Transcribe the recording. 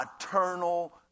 eternal